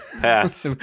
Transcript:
Pass